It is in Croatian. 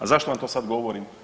A zašto vam to sad govorim?